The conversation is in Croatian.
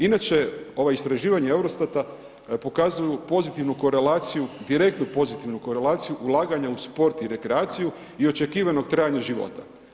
Inače ova istraživanja EUROSTAT-a pokazuju pozitivnu korelaciju direktnu pozitivnu korelaciju ulaganja u sport i rekreaciju i očekivanog trajanja života.